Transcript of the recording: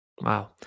Wow